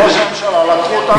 ששר האוצר וראש הממשלה לקחו אותנו,